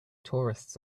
tourists